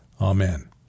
Amen